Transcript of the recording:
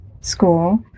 school